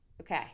Okay